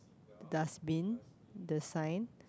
dustbin the sign